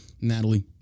Natalie